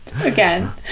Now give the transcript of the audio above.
Again